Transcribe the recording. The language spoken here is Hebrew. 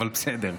אבל בסדר.